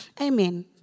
Amen